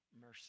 mercy